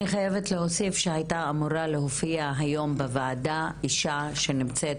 אני חייבת להוסיף שהייתה אמורה להופיע היום בוועדה אישה שנמצאת